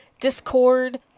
Discord